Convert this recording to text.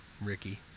ricky